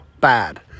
bad